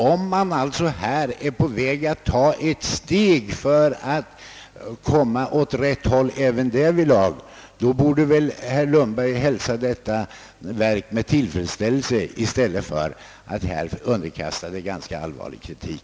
Om man alltså är i färd med att ta ett steg för att komma åt rätt håll även därvidlag, borde väl herr Lundberg hälsa detta med tillfredsställelse i stället för att här underkasta det ganska butter och trubbig kritik.